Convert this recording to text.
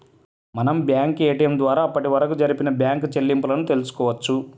మనం bank ATM ద్వారా అప్పటివరకు జరిపిన బ్యేంకు చెల్లింపులను తెల్సుకోవచ్చు